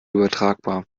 übertragbar